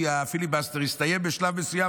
כי הפיליבסטר הסתיים בשלב מסוים,